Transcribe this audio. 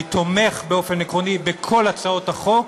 אני תומך באופן עקרוני בכל הצעות החוק.